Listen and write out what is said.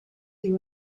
you